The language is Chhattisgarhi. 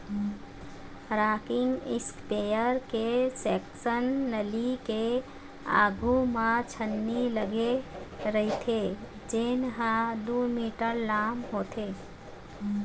रॉकिंग इस्पेयर के सेक्सन नली के आघू म छन्नी लागे रहिथे जेन ह दू मीटर लाम होथे